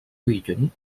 region